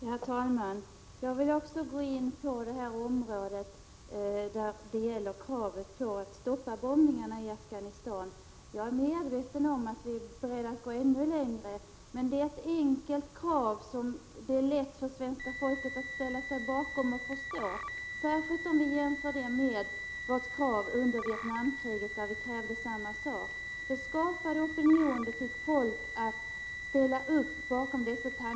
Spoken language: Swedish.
Herr talman! Jag vill också gå in på det avsnitt som gäller kravet på att stoppa bombningarna i Afghanistan. Jag är medveten om att vi är beredda att gå ännu längre, men detta är ett enkelt krav som det är lätt för svenska folket att ställa sig bakom och förstå, särskilt om vi jämför det med vårt krav under Vietnamkriget, då vi sade samma sak. Det skapade opinion, och det fick folk att ställa upp bakom dessa tankegångar.